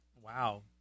Wow